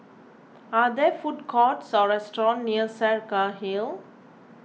are there food courts or restaurants near Saraca Hill